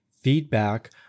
feedback